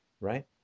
Right